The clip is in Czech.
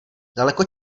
daleko